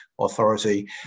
Authority